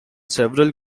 several